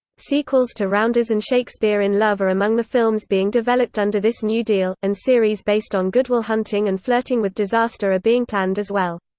sequels to rounders and shakespeare in love are among the films being developed under this new deal, and series based on good will hunting and flirting with disaster are being planned as well.